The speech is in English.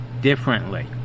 differently